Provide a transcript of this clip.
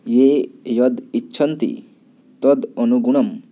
ये यद् इच्छन्ति तद् अनुगुणम्